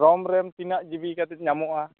Rome ᱨᱮᱢ ᱛᱤᱱᱟᱹᱜ ᱡᱤᱵᱤ ᱠᱟᱛᱮ ᱧᱟᱢᱚᱜᱼᱟ